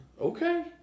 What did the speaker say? Okay